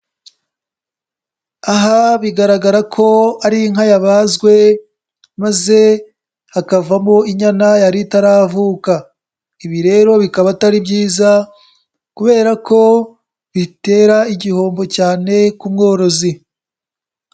Aha bigaragara ko ari inka yabazwe maze hakavamo inyana yari itaravuka, ibi rero bikaba atari byiza kubera ko bitera igihombo cyane ku mworozi.